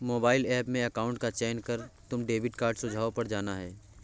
mobile app में account का चयन कर तुम डेबिट कार्ड सुझाव पर जाना